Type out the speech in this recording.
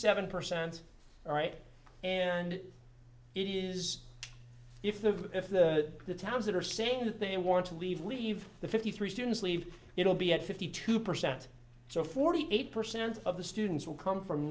seven percent all right and it is if the if the towns that are saying that they want to leave leave the fifty three students leave it will be at fifty two percent so forty eight percent of the students will come from